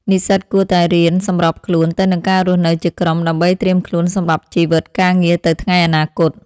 និស្សិតគួរតែរៀនសម្របខ្លួនទៅនឹងការរស់នៅជាក្រុមដើម្បីត្រៀមខ្លួនសម្រាប់ជីវិតការងារទៅថ្ងៃអនាគត។